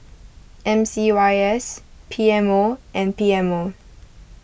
M C Y S P M O and P M O